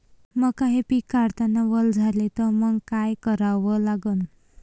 मका हे पिक काढतांना वल झाले तर मंग काय करावं लागन?